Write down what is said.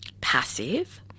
passive